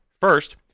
First